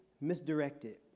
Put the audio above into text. misdirected